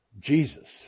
Jesus